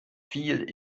viel